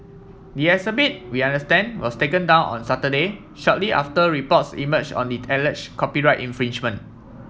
the exhibit we understand was taken down on Saturday shortly after reports emerge on the copyright infringement